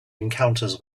encounters